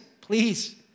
please